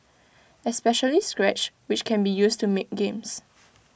especially scratch which can be used to make games